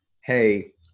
hey